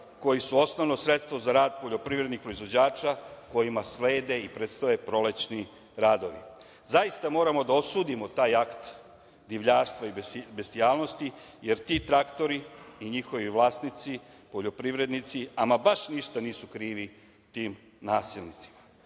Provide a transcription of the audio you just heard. koji su osnovno sredstvo za rad poljoprivrednih proizvođača kojima slede i predstoje prolećni radovi. Zaista moramo da osudimo taj akt divljaštva i bestijalnosti, jer ti traktori i njihovi vlasnici, poljoprivrednici ama baš ništa nisu krivi tim nasilnicima,